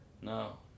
No